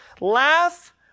laugh